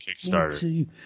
Kickstarter